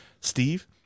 Steve